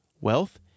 wealth